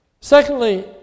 Secondly